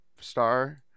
star